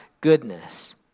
goodness